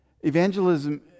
Evangelism